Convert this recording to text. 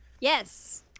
Yes